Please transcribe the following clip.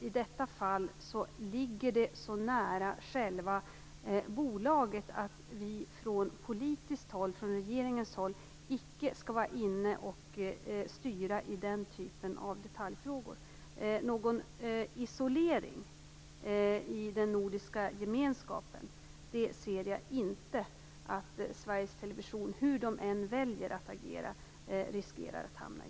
I detta fall ligger det så nära själva bolaget att vi från politiskt håll, från regeringens håll, icke skall styra i den typen av detaljfrågor. Någon isolering i den nordiska gemenskapen ser jag inte att Sveriges Television hur man än väljer att agera riskerar att hamna i.